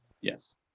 Yes